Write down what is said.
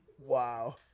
Wow